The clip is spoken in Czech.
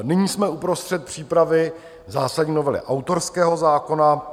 Nyní jsme uprostřed přípravy zásadní novely autorského zákona.